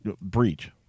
breach